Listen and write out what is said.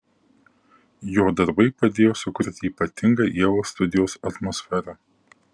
jo darbai padėjo sukurti ypatingą ievos studijos atmosferą